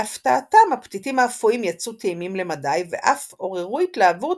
להפתעתם הפתיתים האפויים יצאו טעימים למדי ואף עוררו התלהבות